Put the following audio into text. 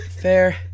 Fair